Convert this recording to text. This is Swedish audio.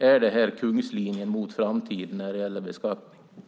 Är det här kungslinjen mot framtiden när det gäller beskattning?